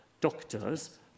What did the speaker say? doctors